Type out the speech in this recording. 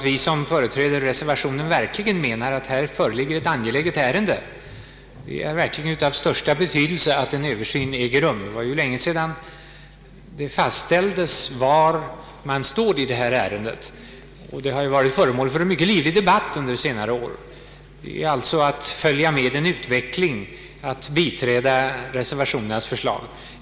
Vi som företräder reservationen menar att det här är fråga om ett verkligt angeläget ärende. Det är av största betydelse att en översyn äger rum. Det var länge sedan det fastställdes var man står i detta ärende, som ju varit föremål för en livlig debatt under senare år. Det innebär alltså att följa med utvecklingen om man biträder reservationens förslag. Herr talman!